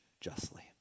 justly